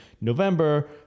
November